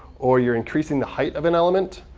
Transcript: or you're increasing the height of an element,